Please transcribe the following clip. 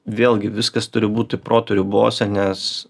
vėlgi viskas turi būti proto ribose nes